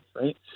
right